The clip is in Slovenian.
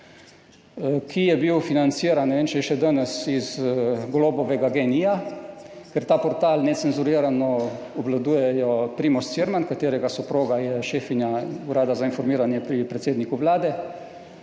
ki je bil financiran, ne vem, če je še danes, iz Golobovega GEN-I, ker ta portal Necenzurirano obvladujejo Primož Cirman, čigar soproga je šefinja urada za informiranje pri predsedniku Vlade,